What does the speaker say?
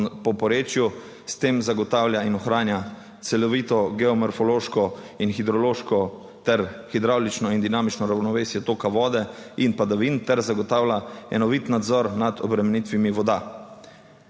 po porečju, s tem zagotavlja in ohranja celovito geomorfološko in hidrološko ter hidravlično in dinamično ravnovesje toka vode in padavin ter zagotavlja enovit nadzor nad obremenitvami voda.